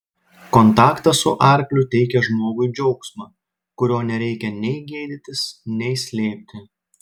kontaktas su arkliu teikia žmogui džiaugsmą kurio nereikia nei gėdytis nei slėpti